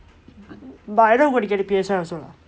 but I'm not going to get the P_S five also lah